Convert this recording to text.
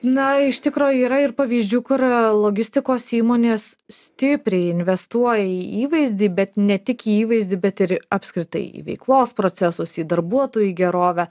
na iš tikro yra ir pavyzdžių kur logistikos įmonės stipriai investuoja į įvaizdį bet ne tik įvaizdį bet ir apskritai į veiklos procesus į darbuotojų gerovę